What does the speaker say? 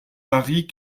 paris